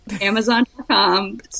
Amazon.com